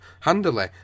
handily